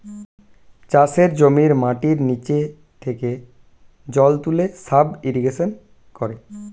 চাষের জমির মাটির নিচে থেকে জল তুলে সাব ইরিগেশন করে